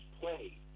play